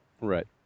Right